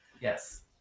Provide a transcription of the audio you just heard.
Yes